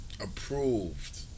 approved